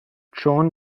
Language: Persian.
چون